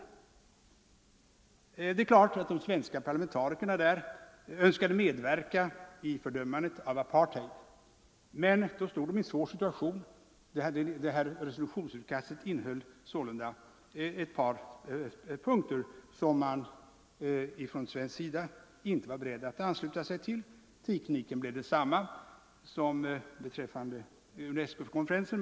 Det är klart att de svenska parlamentarikerna önskade medverka i fördömandet av apartheid, men då stod de i en svår situation. Resolutionsutkastet innehöll sålunda ett par punkter som de svenska delegaterna inte var beredda att ansluta sig till. Tekniken blev densamma som beträ nde UNESCO-konferensen.